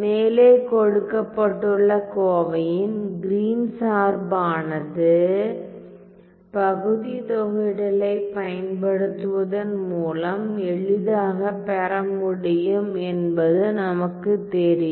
மேலே கொடுக்கப்பட்டுள்ள கோவையின் கிரீன் Green's சார்பானது பகுதி தொகையிடலினைப் பயன்படுத்துவதன் மூலம் எளிதாக பெற முடியும் என்பது நமக்கு தெரியும்